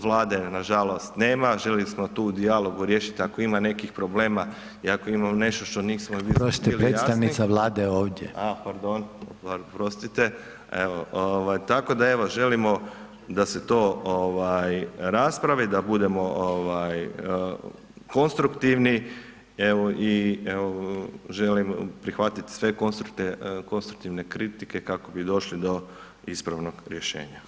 Vlade nažalost nema, želili smo to u dijalogu riješiti, ako ima nekih problema i ako ima nešto što nismo … bili jasni [[Upadica Reiner: Oprostite, predstavnica Vlade je ovdje.]] pardon, oprostite, tako da evo želimo da se to raspravi da budemo konstruktivni i želim prihvatiti sve konstruktivne kritike kako bi došli do ispravnog rješenja.